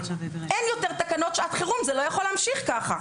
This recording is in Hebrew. אין יותר תקנות שעת חירום וזה לא יכול להמשיך ככה.